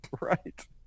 Right